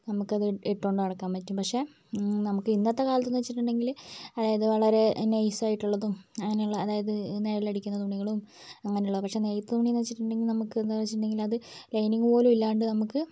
നമുക്ക് അത് ഇ ഇട്ടുകൊണ്ട് നടക്കാൻ പറ്റും പക്ഷേ നമുക്ക് ഇന്നത്തെ കാലത്തെന്ന് വെച്ചിട്ടുണ്ടെങ്കിൽ അതായത് വളരെ നൈസ് ആയിട്ടുള്ളതും അങ്ങനെയുള്ള അതായത് നിഴലടിക്കുന്ന തുണികളും അങ്ങനെയുള്ള പക്ഷേ നെയ്ത്ത് തുണി എന്ന് വെച്ചിട്ടുണ്ടെങ്കിൽ നമുക്ക് എന്താണെന്ന് വെച്ചിട്ടുണ്ടെങ്കിൽ അത് ലൈനിങ്ങ് പോലും ഇല്ലാണ്ട് നമുക്ക്